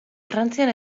frantzian